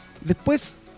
Después